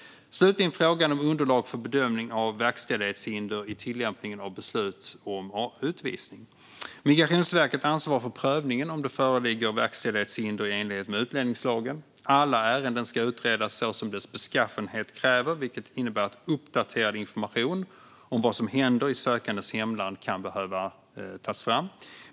Slutligen frågan om underlag för bedömning av verkställighetshinder i tillämpning av beslut om utvisning. Migrationsverket ansvarar för prövningen av om det föreligger verkställighetshinder i enlighet med utlänningslagen. Alla ärenden ska utredas så som deras beskaffenhet kräver, vilket innebär att uppdaterad information om vad som händer i sökandens hemland kan behöva tas fram.